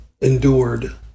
endured